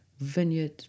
vineyard